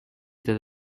that